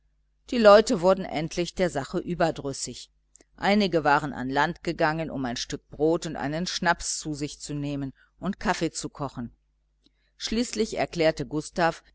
die leute wurden endlich der sache überdrüssig einige waren an land gegangen um ein stück brot und einen schnaps zu sich zu nehmen und kaffee zu kochen schließlich erklärte gustav